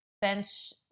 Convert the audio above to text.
bench